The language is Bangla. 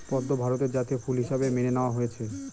পদ্ম ভারতের জাতীয় ফুল হিসাবে মেনে নেওয়া হয়েছে